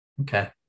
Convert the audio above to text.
Okay